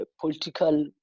political